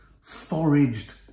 foraged